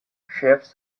shifts